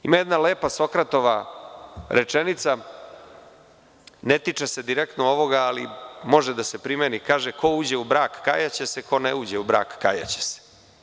Ima jedna lepa Sokratova rečenica, ne tiče se direktno ovoga ali može da se primeni, kaže: „Ko uđe u brak kajaće se, ko ne uđe u brak kajaće se“